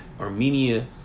Armenia